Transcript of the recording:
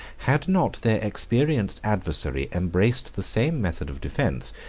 had not their experienced adversary embraced the same method of defence,